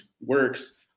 works